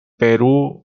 perú